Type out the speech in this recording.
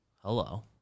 Hello